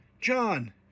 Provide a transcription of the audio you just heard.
John